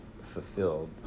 fulfilled